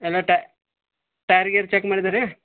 ಎಲ್ಲ tyre gear check ಮಾಡಿದ್ರಿ